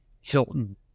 Hilton